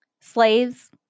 slaves